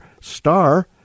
star